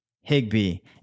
Higby